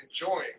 enjoying